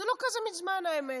זה לא כזה מזמן, האמת.